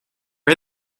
are